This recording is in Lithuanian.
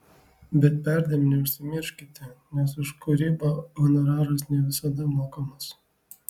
bet perdėm neužsimirškite nes už kūrybą honoraras ne visada mokamas